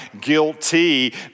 guilty